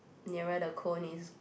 nearer the cone is